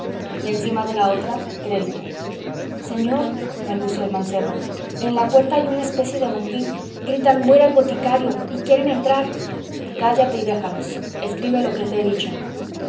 y encima de la otra crédito señor balbuceó el mancebo en la puerta hay una especie de motín gritan muera el boticario y quieren entrar cállate y déjalos escribe lo que te he dicho